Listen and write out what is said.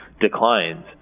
declines